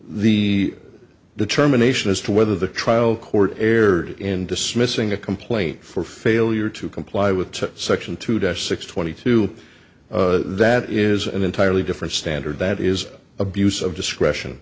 the determination as to whether the trial court erred in dismissing a complaint for failure to comply with section two def six twenty two that is an entirely different standard that is abuse of discretion